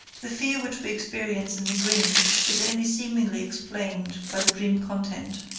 the fear which we experience in the dream is only seemingly explained by the dream content.